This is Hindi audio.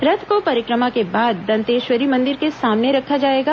रथ को परिक्रमा के बाद दंतेश्वरी मंदिर के सामने रखा जाएगा